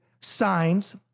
signs